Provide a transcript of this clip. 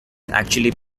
actually